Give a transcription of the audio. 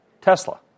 Tesla